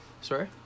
Sorry